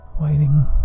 Waiting